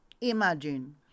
Imagine